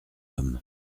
homme